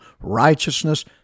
righteousness